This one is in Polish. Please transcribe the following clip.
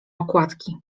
okładki